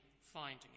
finding